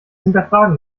hinterfragen